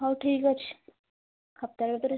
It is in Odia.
ହଉ ଠିକ୍ ଅଛି ସପ୍ତାହ ଭିତରେ